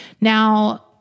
Now